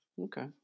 Okay